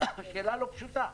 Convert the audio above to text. לא פשוטה.